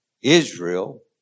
Israel